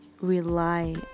rely